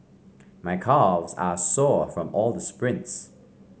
my calves are sore from all the sprints